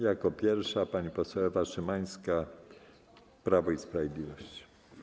Jako pierwsza pani poseł Ewa Szymańska, Prawo i Sprawiedliwość.